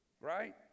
Right